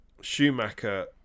Schumacher